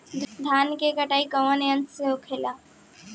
धान क कटाई कउना यंत्र से हो?